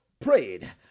prayed